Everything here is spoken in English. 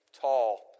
tall